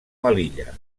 melilla